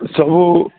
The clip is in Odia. ସବୁ